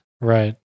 Right